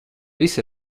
viss